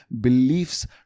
beliefs